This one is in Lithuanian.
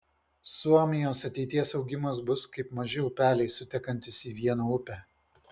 suomijos ateities augimas bus kaip maži upeliai sutekantys į vieną upę